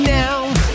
now